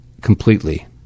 completely